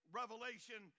revelation